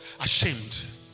ashamed